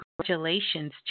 congratulations